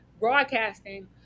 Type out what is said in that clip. broadcasting